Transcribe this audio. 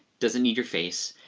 doesn't need your face,